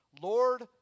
Lord